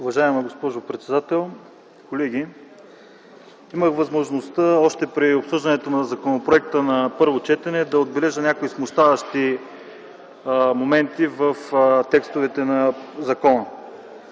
Уважаема госпожо председател, колеги! Имах възможността още при обсъждането на законопроекта на първо четене да отбележа някои смущаващи елементи в текстовете на закона.